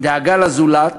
דאגה לזולת